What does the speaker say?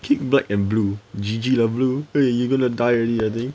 kick black and blue G_G lah !hey! you going to die already I think